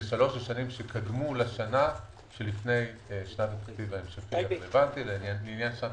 שעל זה משרד המשפטים אמר שלא יתנגד, ואני